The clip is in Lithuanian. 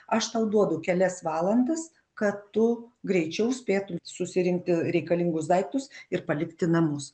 aš tau duodu kelias valandas kad tu greičiau spėtum susirinkti reikalingus daiktus ir palikti namus